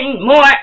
more